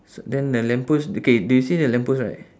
s~ then the lamp post okay do you see the lamp post right